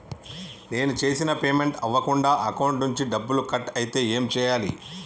నేను చేసిన పేమెంట్ అవ్వకుండా అకౌంట్ నుంచి డబ్బులు కట్ అయితే ఏం చేయాలి?